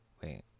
wait